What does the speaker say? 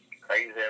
crazy